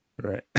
Right